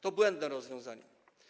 To błędne rozwiązanie.